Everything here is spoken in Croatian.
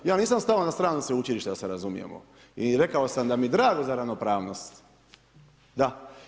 Ja nisam stao na stranu sveučilišta da se razumijemo i rekao sam da mi je drago za ravnopravnost, da.